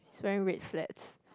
he's wearing red flats